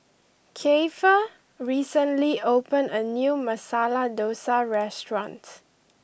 Keifer recently opened a new Masala Dosa restaurant